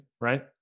right